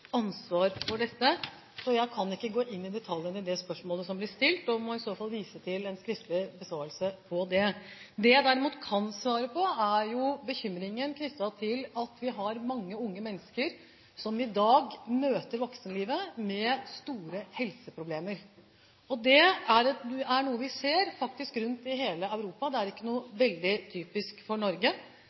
dette, så jeg kan ikke gå inn i detaljene i det spørsmålet som blir stilt, og må be om at representanten får skriftlig besvarelse på det. Det jeg derimot kan si noe om, er bekymringen over at vi har mange unge mennesker som i dag møter voksenlivet med store helseproblemer. Det er noe vi ser faktisk rundt i hele Europa, det er ikke noe veldig typisk for Norge.